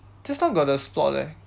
just now got the spot leh